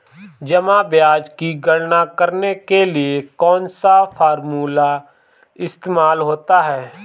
जमा ब्याज की गणना करने के लिए कौनसा फॉर्मूला इस्तेमाल होता है?